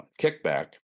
kickback